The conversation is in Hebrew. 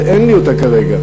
אבל אין לי אותה כרגע.